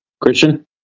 Christian